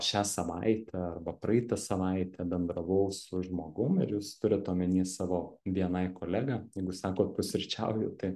šią savaitę arba praeitą savaitę bendravau su žmogum ir jūs turit omeny savo bni kolegą jeigu sakot pusryčiauju tai